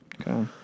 Okay